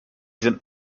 sind